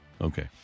Okay